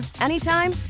anytime